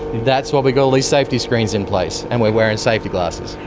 that's why we've got all these safety screens in place, and we're wearing safety glasses.